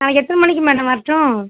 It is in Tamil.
நாளைக்கு எத்தனை மணிக்கு மேடம் வரட்டும்